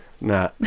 Nah